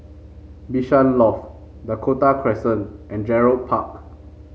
Bishan Loft Dakota Crescent and Gerald Park